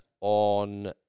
on